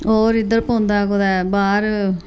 होर इद्धर पौंदा कुदै बाहर